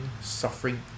suffering